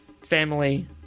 family